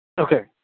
Okay